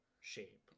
shape